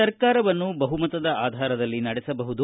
ಸರ್ಕಾರವನ್ನು ಬಹುಮತದ ಆಧಾರದಲ್ಲಿ ನಡೆಸಬಹುದು